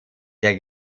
der